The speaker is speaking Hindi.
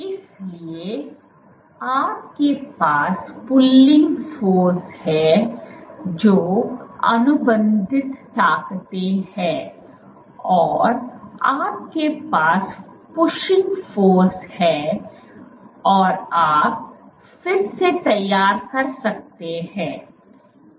इसलिए आपके पास पुलिंग फोर्स हैं जो अनुबंधित ताकतें हैं और आपके पास पुच्चीग फोर्स हैं और आप फिर से तैयार कर सकते हैं